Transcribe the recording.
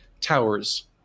towers